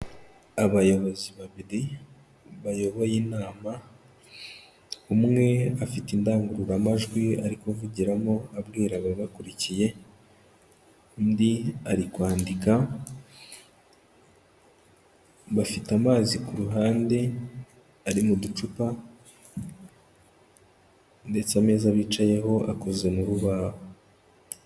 Abayobozi babiri bayoboye inama, umwe afite indangururamajwi ari kuvugiramo abwira ababakurikiye, undi ari kwandika, bafite amazi ku ruhande ari mu ducupa, ndetse ameza bicayeho akoze mu rubahu.